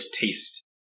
taste